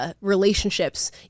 relationships